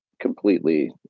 completely